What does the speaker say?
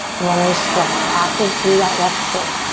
runners stretch. active through that left foot.